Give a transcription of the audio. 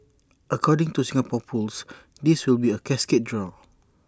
according to Singapore pools this will be A cascade draw